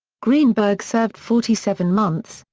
greenberg served forty seven months,